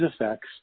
effects